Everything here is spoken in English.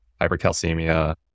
hypercalcemia